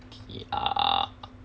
err